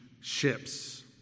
Ships